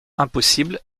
impossibles